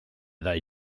they